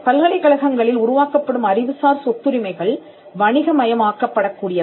பல்கலைக்கழகங்களில் உருவாக்கப்படும் அறிவுசார் சொத்துரிமைகள் வணிக மயமாக்கப்படக் கூடியவை